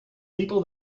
people